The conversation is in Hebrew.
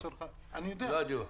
אני יודע.